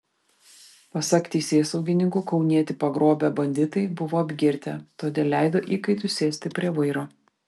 pasak teisėsaugininkų kaunietį pagrobę banditai buvo apgirtę todėl leido įkaitui sėsti prie vairo